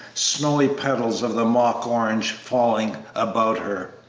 snowy petals of the mock-orange falling about her.